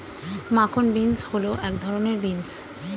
মাখন বিন্স হল এক ধরনের বিন্স